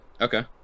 Okay